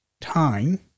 time